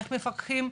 איך מפקחים?